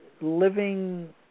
living